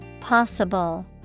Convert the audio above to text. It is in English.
Possible